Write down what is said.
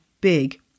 big